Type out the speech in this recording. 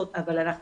אבל אנחנו